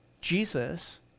Jesus